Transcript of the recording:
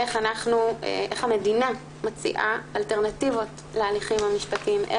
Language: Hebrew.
איך המדינה מציעה אלטרנטיבות להליכים המשפטיים.